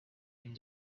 and